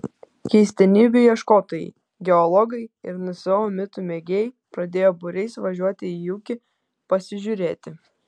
keistenybių ieškotojai geologai ir nso mitų mėgėjai pradėjo būriais važiuoti į ūkį pasižiūrėti